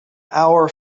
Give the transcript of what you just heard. our